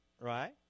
Right